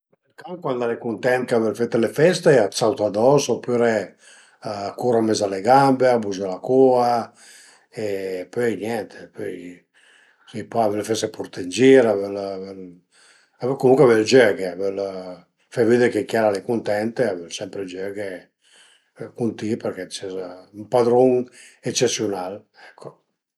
Ën can cuand al e cuntent ch'a völ fete le feste a t'sauta ados opüre a cur ën mes a le gambe, a bugia la cua e pöi niente e pöi sai pa a võl fese purté ën gir, a völ a völ, cumuncue a völ giöghi, a völ fe veddi chë chiel al e cuntent e a völ sempre giöghe cun ti përché ses ën padrun ecesiunal ecco